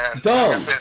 Dumb